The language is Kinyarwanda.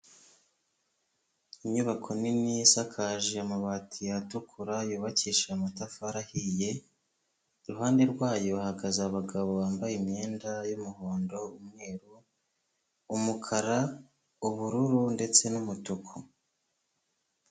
Inyubako nini isakaje amabati atukura, yubakishije amatafari ahiye, iruhande rwayo hahagaze abagabo bambaye imyenda y'umuhondo, umweru, umukara, ubururu, ndetse n'umutuku.